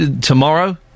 tomorrow